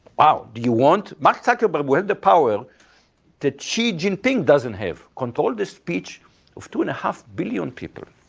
ah do you want mark zuckerberg with the power that xi jinping doesn't have control the speech of two and a half billion people.